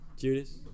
Judas